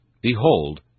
Behold